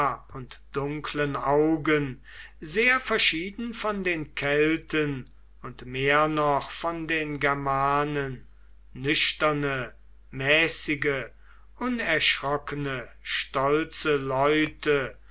und dunklen augen sehr verschieden von den kelten und mehr noch von den germanen nüchterne mäßige unerschrockene stolze leute